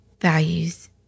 values